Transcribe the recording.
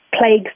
plagues